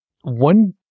one